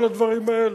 כל הדברים האלה.